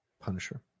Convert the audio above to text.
Punisher